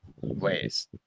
ways